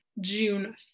June